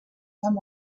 amb